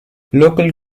local